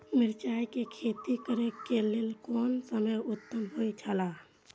मिरचाई के खेती करे के लेल कोन समय उत्तम हुए छला?